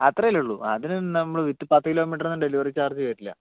അത്രയല്ലേ ഉള്ളൂ അതിനൊന്നും നമ്മൾ പത്ത് കിലോമീറ്ററിനൊന്നും ഡെലിവറി ചാർജ്ജ് വരില്ല